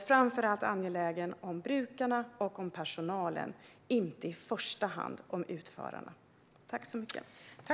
Framför allt är jag angelägen om brukarna och personalen, inte i första hand om utförarna.